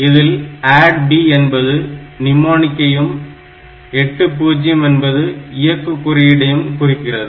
இதில் ADD B என்பது நிமோநிக்கையும் 80 என்பது இயக்கு குறியீடையும் குறிக்கிறது